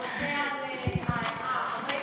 בארץ?